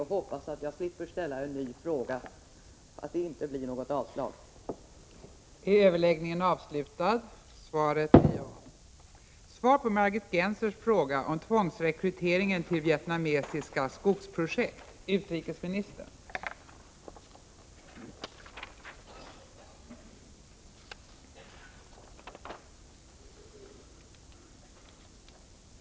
Jag hoppas att det inte blir något avslag och att jag slipper ställa en ny fråga om detta ärende.